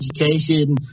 education